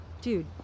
dude